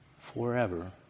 forever